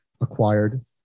acquired